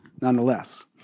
nonetheless